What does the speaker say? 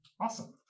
Awesome